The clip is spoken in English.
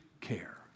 care